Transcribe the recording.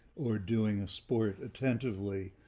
or doing a sport attentively.